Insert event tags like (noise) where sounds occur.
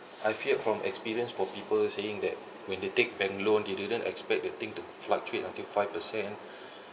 I've heard from experience from people saying that when they take bank loan they didn't expect the thing to fluctuate until five percent (breath)